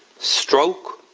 stroke,